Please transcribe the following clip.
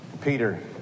Peter